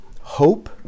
hope